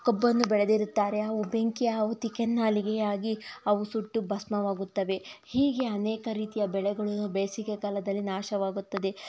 ಕಬ್ಬನ್ನು ಬೆಳೆದಿರುತ್ತಾರೆ ಆಹು ಬೆಂಕಿ ಆಹುತಿ ಕೆನ್ನಾಲಿಗೆಯಾಗಿ ಅವು ಸುಟ್ಟು ಭಸ್ಮವಾಗುತ್ತವೆ ಹೀಗೆ ಅನೇಕ ರೀತಿಯ ಬೆಳೆಗಳು ಬೇಸಿಗೆಕಾಲದಲ್ಲಿ ನಾಶವಾಗುತ್ತದೆ